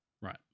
right